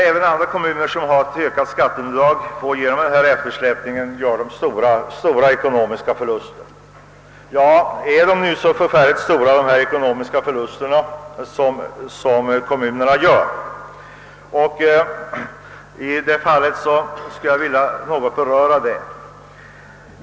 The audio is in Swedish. även andra kommuner, för vilka skatteunderlaget ökar, gör på grund av denna eftersläpning stora ekonomiska förluster. Är då de ekonomiska förluster som kommunerna gör så förfärligt stora? Jag skulle vilja något beröra den frågan.